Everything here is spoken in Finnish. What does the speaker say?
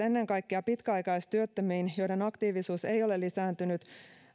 ennen kaikkea pitkäaikaistyöttömiin joiden aktiivisuus ei ole lisääntynyt